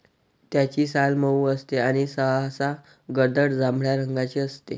त्याची साल मऊ असते आणि सहसा गडद जांभळ्या रंगाची असते